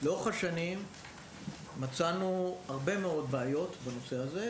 לאורך השנים מצאנו הרבה מאוד בעיות בנושא הזה,